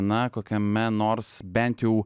na kokiame nors bent jau